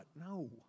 No